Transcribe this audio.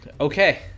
Okay